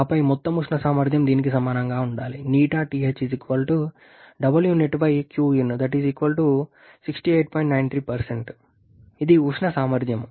ఆపై మొత్తం ఉష్ణ సామర్థ్యం దీనికి సమానంగా ఉండాలి ఇది ఉష్ణ సామర్థ్యం